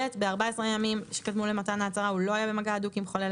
ב- 14 הימים שקדמו למתן ההצהרה הוא לא היה במגע הדוק עם חולה,